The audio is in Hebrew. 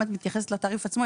אם את מתייחסת לתעריף עצמו,